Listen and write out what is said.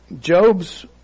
Job's